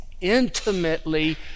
intimately